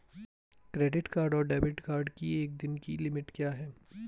Credit card और debit card की एक दिन की लिमिट क्या है?